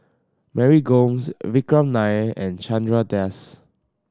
Mary Gomes Vikram Nair and Chandra Das